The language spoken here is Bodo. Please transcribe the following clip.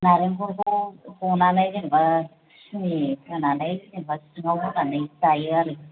नारेंखलखौ हनानै जेनेबा सिनि होनानै जेनेबा सिङाव होनानै जायो आरो